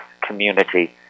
community